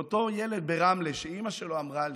ואותו ילד ברמלה שאימא שלו אמרה לי,